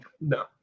No